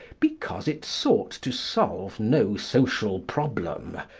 because it sought to solve no social problem,